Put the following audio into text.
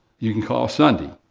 you can call sunday,